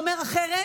אומר אחרת,